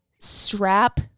strap